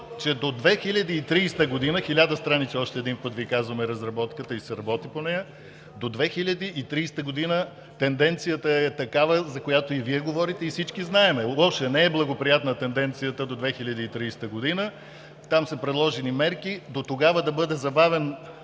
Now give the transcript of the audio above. че до 2030 г. – хиляда страници, още един път Ви казвам, е разработката и се работи по нея – до 2030 г. тенденцията е такава, за която и Вие говорите, и всички знаем, лоша е, не е благоприятна тенденцията до 2030 г. Там са предложени мерки дотогава да бъде забавен